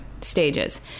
stages